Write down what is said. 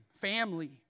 family